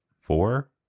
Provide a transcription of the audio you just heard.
four